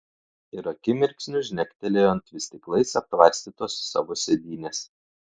ir akimirksniu žnektelėjo ant vystyklais aptvarstytos savo sėdynės